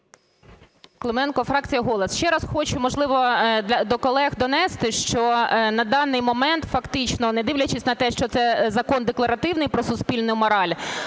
Клименко, фракція "Голос". Ще раз хочу, можливо, до колег донести, що на даний момент фактично, не дивлячись на те, що це закон декларативний, про суспільну пораль,